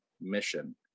mission